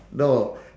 no